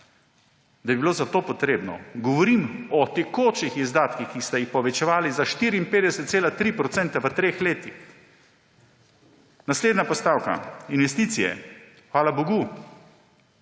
da bi bilo za to potrebno. Govorim o tekočih izdatkih, ki ste jih povečevali za 54,3 % v treh letih. Naslednja postavka: investicije. Hvala bogu,